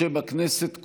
בשם הכנסת כולה,